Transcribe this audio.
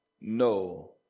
No